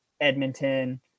Edmonton